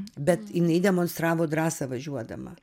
bet jinai demonstravo drąsą važiuodama